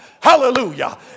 hallelujah